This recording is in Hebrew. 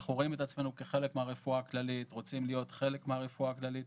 אנחנו רוצים בבריאות הנפש לעשות שינוי מהיסוד.